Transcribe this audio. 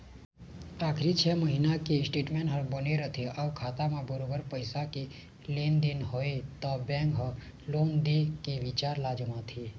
आखरी छै महिना के स्टेटमेंट ह बने रथे अउ खाता म बरोबर पइसा के लेन देन हवय त बेंक ह लोन दे के बिचार ल जमाथे